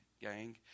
gang